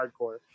Hardcore